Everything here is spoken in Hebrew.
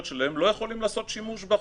שלהם לא יכולים לעשות שימוש בחוק,